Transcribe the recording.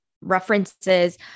references